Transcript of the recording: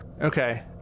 Okay